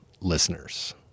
listeners